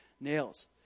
Nails